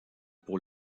pour